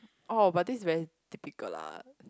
oh but this is very typical la